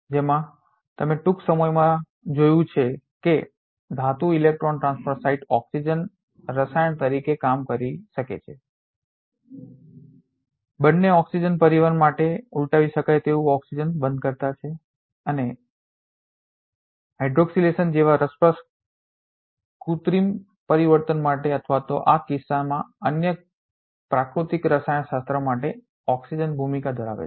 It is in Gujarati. જેમ તમે ટૂંક સમયમાં જોયું છે કે ધાતુ ઇલેક્ટ્રોન ટ્રાન્સફર સાઇટ ઓક્સિજન રસાયણ તરીકે કામ કરી શકે છે બંને ઓક્સિજન પરિવહન માટે ઉલટાવી શકાય તેવું ઓક્સિજન બંધનકર્તા છે અને હાઈડ્રોક્સિલેશન જેવા રસપ્રદ કૃત્રિમ પરિવર્તન માટે અથવા આ કિસ્સામાં અન્ય પ્રાકૃતિક રસાયણશાસ્ત્ર માટે પણ ઓક્સિજનની ભૂમિકા ધરાવે છે